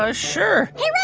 ah sure hey, reg.